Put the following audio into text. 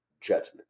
judgment